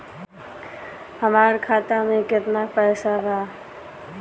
हमार खाता मे केतना पैसा बा?